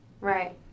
Right